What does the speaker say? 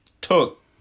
took